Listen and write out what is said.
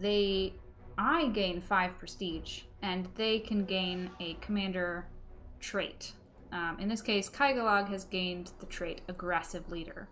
they i gained five prestige and they can gain a commander trait in this case kai gulag has gained the trait aggressive leader